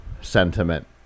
sentiment